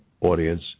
audience